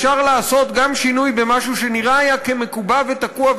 אפשר לעשות גם שינוי במשהו שנראה מקובע ותקוע,